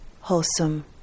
wholesome